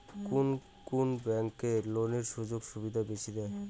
কুন কুন ব্যাংক লোনের সুযোগ সুবিধা বেশি দেয়?